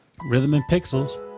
Rhythmandpixels